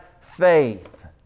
faith